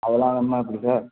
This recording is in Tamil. அத எல்லாம் வேணுமா எப்படி சார்